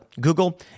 Google